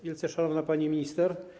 Wielce Szanowna Pani Minister!